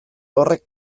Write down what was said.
horrek